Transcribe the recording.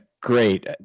Great